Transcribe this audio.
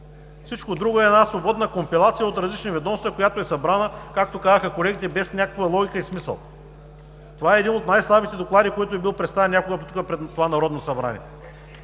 Всичко друго е една свободна компилация от различни ведомства, която е събрана, както казаха колегите, без някаква логика и смисъл. Това е един от най-слабите доклади, който е бил представян някога тук, пред това Народно събрание.